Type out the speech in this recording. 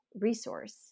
resource